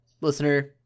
listener